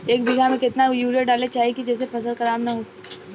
एक बीघा में केतना यूरिया डाले के चाहि जेसे फसल खराब ना होख?